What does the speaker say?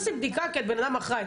את תעשי בדיקה כי את בן אדם אחראי,